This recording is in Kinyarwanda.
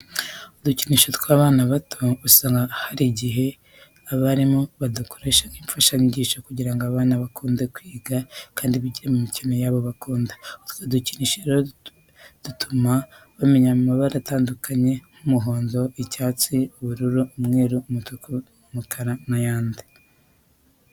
Udukinisho tw'abana bato usanga hari igihe abarimu badukoresha nk'imfashanyigisho kugira ngo abana bakunde kwiga kandi bigire no mu mikino yabo bakunda. Utwo dukinisho rero dutuma bamenya amabara atandukanye nk'umuhondo, icyatsi, ubururu, umweru, umutuku, umukara n'ayandi.